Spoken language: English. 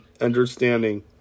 understanding